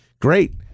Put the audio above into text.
Great